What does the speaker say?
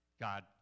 God